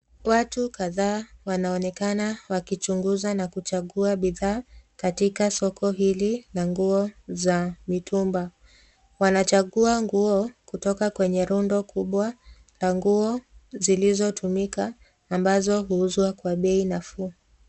Watu kadhaa wanaonekana wakichunguza na kuchagua bidhaa katika soko hili la nguo za mitumba. Wanachagua nguo kutoka kwenye rundo kubwa la nguo zilizotumika ambazo huuzwa kwa bei nafuu.